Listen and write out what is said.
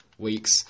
weeks